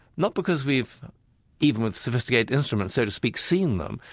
not because we've even with sophisticated instruments, so to speak seen them,